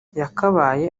yakabaye